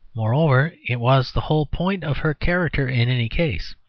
moreover, it was the whole point of her character in any case.